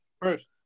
first